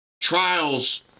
Trials